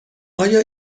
آیا